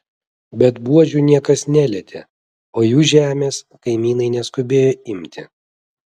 bet buožių niekas nelietė o jų žemės kaimynai neskubėjo imti